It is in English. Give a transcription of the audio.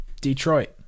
Detroit